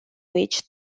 which